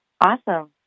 Awesome